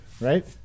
Right